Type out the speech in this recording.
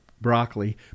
broccoli